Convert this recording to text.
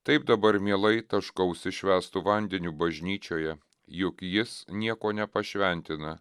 taip dabar mielai taškausi švęstu vandeniu bažnyčioje juk jis nieko nepašventina